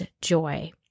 joy